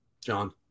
John